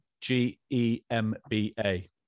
G-E-M-B-A